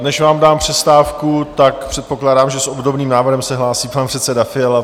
Než vám dám přestávku, tak předpokládám, že s obdobným návrhem se hlásí pan předseda Fiala.